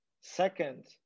second